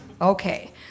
Okay